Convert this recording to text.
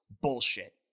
bullshit